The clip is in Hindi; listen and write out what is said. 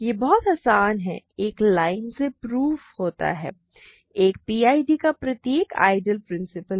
यह बहुत आसान है एक लाइन से प्रूव होता है एक पीआईडी का प्रत्येक आइडियल प्रिंसिपल है